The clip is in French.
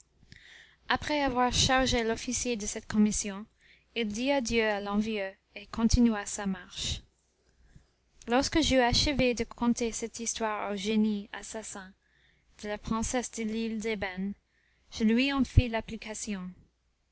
après avoir chargé l'officier de cette commission il dit adieu à l'envieux et continua sa marche lorsque j'eus achevé de conter cette histoire au génie assassin de la princesse de l'île d'ébène je lui en fis l'application